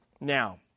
Now